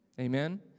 Amen